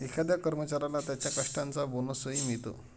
एखाद्या कर्मचाऱ्याला त्याच्या कष्टाचा बोनसही मिळतो